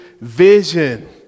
Vision